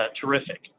terrific